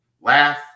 laugh